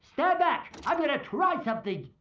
yeah back, i'm gonna try something!